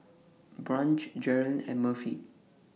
Branch Jerilyn and Murphy